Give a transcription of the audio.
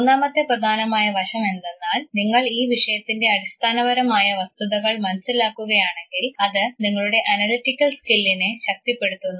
മൂന്നാമത്തെ പ്രധാനമായ വശം എന്തെന്നാൽ നിങ്ങൾ ഈ വിഷയത്തിൻറെ അടിസ്ഥാനപരമായ വസ്തുതകൾ മനസ്സിലാക്കുകയാണെങ്കിൽ അത് നിങ്ങളുടെ അനലിറ്റിക്കൽ സ്കില്ലിനെ ശക്തിപ്പെടുത്തുന്നു